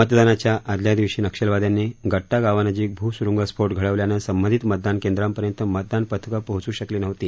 मतदानाच्या आदल्या दिवशी नक्षलवादयांनी गट्टा गावानजीक भूस्रुंगस्फोट घडवल्यानं संबंधित मतदान केंद्रांपर्यंत मतदान पथके पोहचू शकली नव्हती